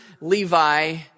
Levi